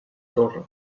torre